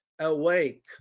awake